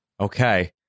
Okay